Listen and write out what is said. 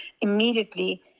Immediately